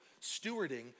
Stewarding